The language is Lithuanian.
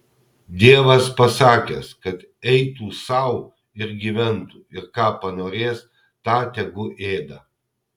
dievas pasakęs kad eitų sau ir gyventų ir ką panorės tą tegu ėda